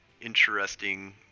interesting